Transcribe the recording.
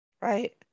right